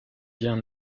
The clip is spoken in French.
bien